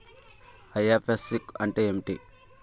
IFSC అంటే ఏమిటి?